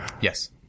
Yes